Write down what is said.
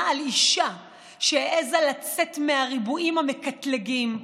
על אישה שהעזה לצאת מהריבועים המקטלגים,